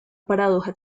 paradoja